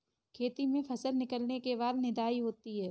खेती में फसल निकलने के बाद निदाई होती हैं?